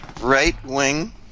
right-wing